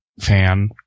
fan